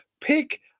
pick